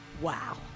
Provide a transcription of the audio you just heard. Wow